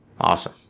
Awesome